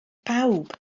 pawb